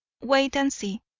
wait and see.